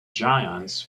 giants